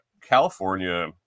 California